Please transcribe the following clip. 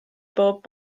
bob